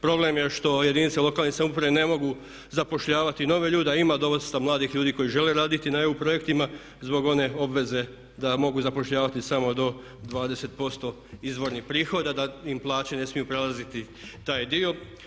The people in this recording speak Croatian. Problem je što jedinice lokalne samouprave ne mogu zapošljavati nove ljude a ima dosta mladih ljudi koji žele raditi na EU projektima zbog one obveze da mogu zapošljavati samo do 20% izvornih prihoda, da im plaće ne smiju prelaziti taj dio.